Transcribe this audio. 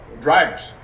drivers